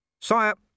Sire